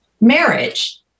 marriage